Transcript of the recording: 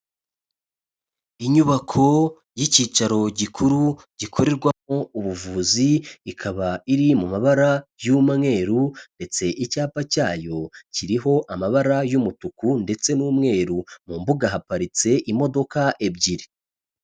Inyubako y'ikicaro gikuru gikorerwamo ubuvuzi, ikaba iri mu mabara y'umweru ndetse icyapa cyayo kiriho amabara y'umutuku ndetse n'umweru, mu mbuga haparitse imodoka ebyiri.